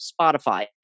spotify